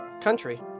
Country